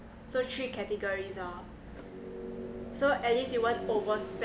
so three categories oh so at least you won't overspend